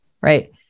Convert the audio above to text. right